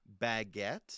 baguette